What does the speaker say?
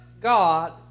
God